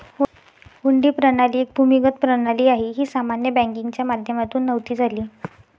हुंडी प्रणाली एक भूमिगत प्रणाली आहे, ही सामान्य बँकिंगच्या माध्यमातून नव्हती झाली